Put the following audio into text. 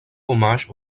hommage